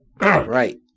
Right